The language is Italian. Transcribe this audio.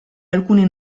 alcuni